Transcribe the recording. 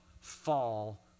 fall